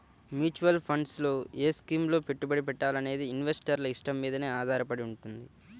mutual funds లో ఏ స్కీముల్లో పెట్టుబడి పెట్టాలనేది ఇన్వెస్టర్ల ఇష్టం మీదనే ఆధారపడి వుంటది